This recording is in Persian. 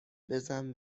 بزن